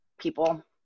people